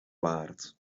waard